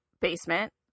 basement